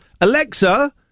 Alexa